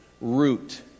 root